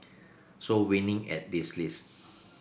so winning at this list